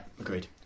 agreed